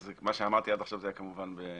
אז מה שאמרתי עד עכשיו זה היה כמובן בהומור.